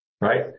Right